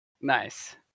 Nice